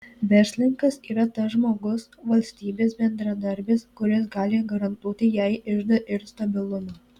verslininkas yra tas žmogus valstybės bendradarbis kuris gali garantuoti jai iždą ir stabilumą